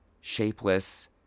shapeless